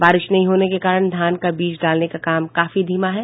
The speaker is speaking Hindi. बारिश नहीं होने के कारण धान का बीज डालने का काम काफी धीमा है